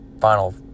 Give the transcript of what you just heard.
final